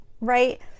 right